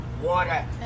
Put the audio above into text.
water